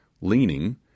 leaning